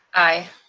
aye.